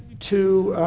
to